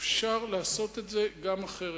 גם להם,